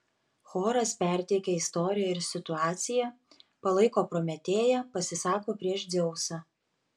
choras perteikia istoriją ir situaciją palaiko prometėją pasisako prieš dzeusą